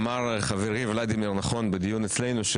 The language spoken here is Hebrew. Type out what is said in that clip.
אמר חברי ולדימיר נכון בדיון אצלנו,